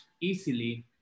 easily